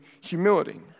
humility